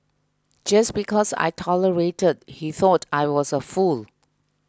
just because I tolerated he thought I was a fool